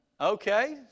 okay